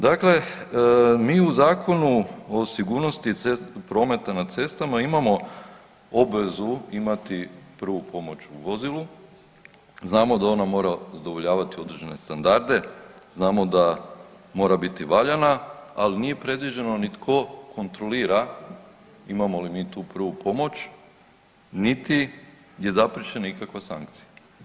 Dakle, mi u Zakonu o sigurnosti prometa na cestama imamo obvezu imati prvu pomoć u vozilu, znamo da ona mora zadovoljavati određene standarde, znamo da mora biti valjana, ali nije predviđeno ni tko kontrolira imamo li mi tu prvu pomoć niti je zapriječena nikakva sankcija.